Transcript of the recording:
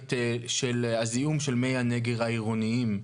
פוטנציאלית של הזיהום של מי הנגר העירוניים.